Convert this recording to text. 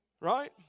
right